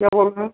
क्या बोल रहें